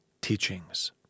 Teachings